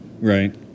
Right